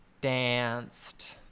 danced